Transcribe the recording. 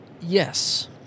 Yes